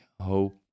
hope